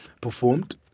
performed